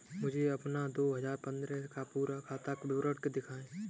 मुझे अपना दो हजार पन्द्रह का पूरा खाता विवरण दिखाएँ?